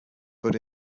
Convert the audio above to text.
but